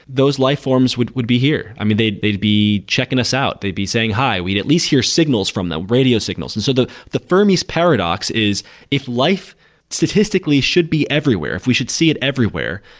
those life forms would would be here. i mean, they'd they'd be checking us out. they'd be saying hi. we'd at least hear signals from them, radio signals and so the the fermi's paradox is if life statistically should be everywhere, if we should see it everywhere,